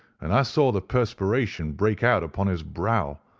and i saw the perspiration break out upon his brow,